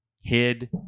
hid